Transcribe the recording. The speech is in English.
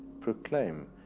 Proclaim